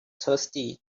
thirsty